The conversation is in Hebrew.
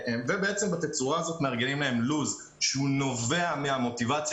בתצורה הזאת מארגנים להם לו"ז שהוא נובע מהמוטיבציה